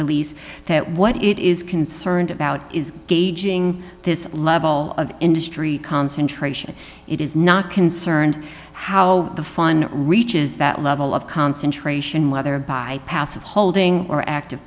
release that what it is concerned about is gauging this level of industry concentration it is not concerned how the fine reaches that level of concentration whether by passive holding or active